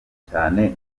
cyane